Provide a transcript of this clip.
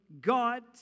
God